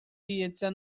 piazza